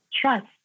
trust